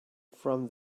from